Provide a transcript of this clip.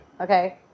okay